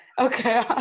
Okay